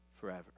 forever